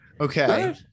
okay